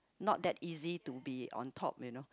not that easy to be on top you know